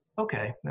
okay